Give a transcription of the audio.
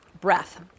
breath